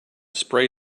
spray